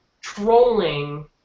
trolling